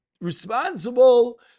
Responsible